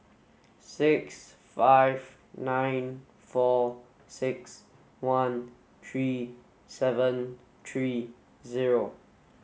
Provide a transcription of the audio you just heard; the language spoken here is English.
six five nine four six one three seven three zero